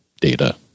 data